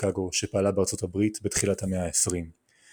שיקגו שפעלה בארצות הברית בתחילת המאה ה-20 ובעיקר